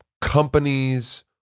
companies